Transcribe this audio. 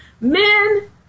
Men